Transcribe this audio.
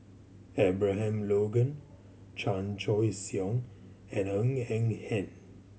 Abraham Logan Chan Choy Siong and Ng Eng Hen